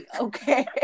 okay